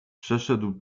przeszedł